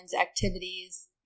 activities